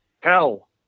hell